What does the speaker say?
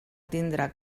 tindre